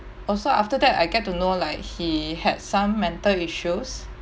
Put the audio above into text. also after that I get to know like he had some mental issues